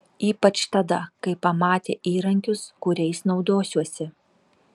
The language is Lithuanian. ypač tada kai pamatė įrankius kuriais naudosiuosi